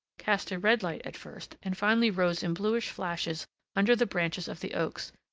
cast a red light at first, and finally rose in bluish flashes under the branches of the oaks,